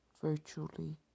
virtually